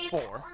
Four